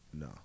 No